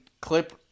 clip